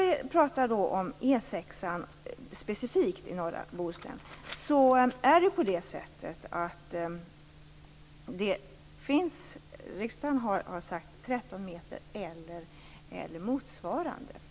Vad gäller E 6:an i norra Bohuslän har riksdagen beslutat om en standard på 13 meter eller motsvarande.